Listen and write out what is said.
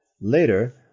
Later